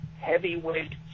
heavyweight